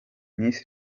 miss